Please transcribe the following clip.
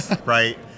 right